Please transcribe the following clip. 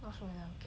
what should I do